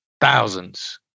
thousands